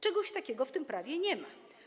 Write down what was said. Czegoś takiego w tym prawie nie ma.